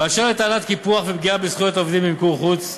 אשר לטענת קיפוח ופגיעה בזכויות עובדים במיקור חוץ,